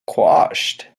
quashed